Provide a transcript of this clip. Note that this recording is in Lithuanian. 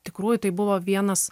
tikrųjų tai buvo vienas